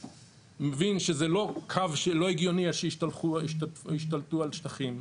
מבין שזה לא קו שלא הגיוני שישתלטו על שטחים,